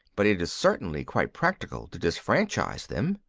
but it is certainly quite practical to disfranchise them.